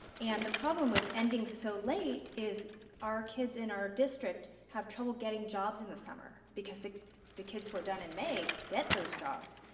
and the problem with ending so late is our kids in our district have trouble getting jobs in the summer, because the the kids who are done in may get those jobs.